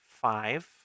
five